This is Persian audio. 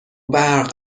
برق